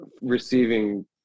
receiving